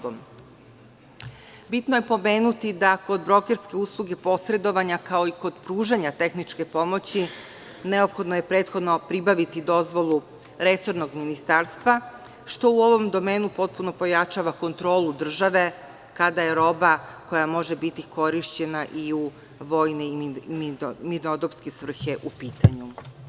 Bitno je pomenuti da kod brokerske usluge posredovanja, kao i kod pružanja tehničke pomoći, neophodno je prethodno pribaviti dozvolu resornog ministarstva, što u ovom domenu potpuno pojačava kontrolu države kada je roba koja može biti korišćena i u vojne i mirnodopske svrhe u pitanju.